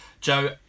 Joe